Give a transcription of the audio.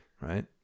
right